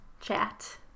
chat